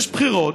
יש בחירות,